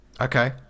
Okay